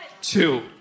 Two